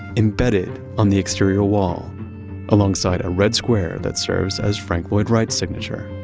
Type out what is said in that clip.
embedded on the exterior wall alongside a red square that serves as frank lloyd wright's signature.